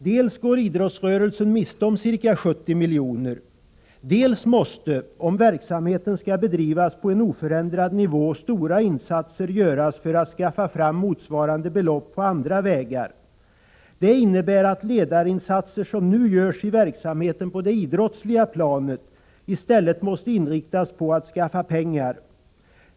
Dels går idrottsrörelsen miste om ca 70 milj.kr., dels måste, om verksamheten skall bedrivas på en oförändrad nivå, stora insatser göras för att skaffa fram motsvarande belopp på andra vägar. Det innebär att ledarinsatser som nu görs i verksamheten på det idrottsliga planet i stället måste inriktas på att skaffa pengar.